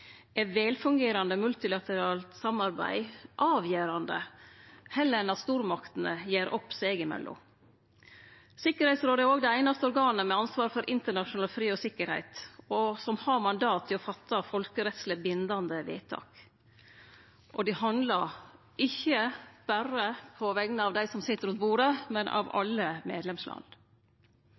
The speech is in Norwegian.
er velfungerande multilateralt samarbeid avgjerande heller enn at stormaktene gjer opp seg imellom. Tryggingsrådet er òg det einaste organet med ansvar for internasjonal fred og tryggleik som har mandat til gjere folkerettsleg bindande vedtak. Og dei handlar ikkje berre på vegner av dei som sit rundt bordet, men på vegner av alle medlemsland.